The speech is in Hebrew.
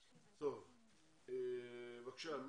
בבקשה,